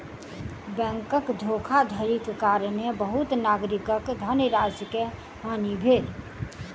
बैंकक धोखाधड़ीक कारणेँ बहुत नागरिकक धनराशि के हानि भेल